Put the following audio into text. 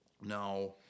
Now